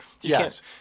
Yes